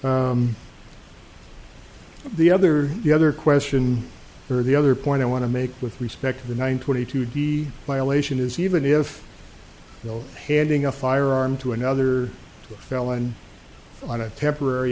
the other the other question or the other point i want to make with respect to the nine twenty two d violation is even if you know handing a firearm to another felon on a temporary